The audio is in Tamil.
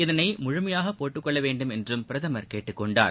இதனை முழுமையாக போட்டுக் கொள்ள வேண்டுமென்றும் பிரதமர் கேட்டுக் கொண்டார்